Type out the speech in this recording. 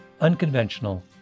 unconventional